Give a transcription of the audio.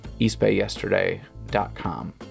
eastbayyesterday.com